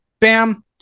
Bam